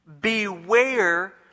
Beware